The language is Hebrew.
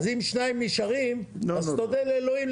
אז אם שניים נשארים, אז תודה לאלוהים.